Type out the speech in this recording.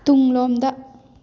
ꯇꯨꯡꯂꯣꯝꯗ